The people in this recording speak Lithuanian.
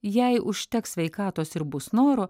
jei užteks sveikatos ir bus noro